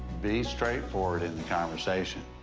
be straightforward in the conversation.